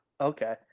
Okay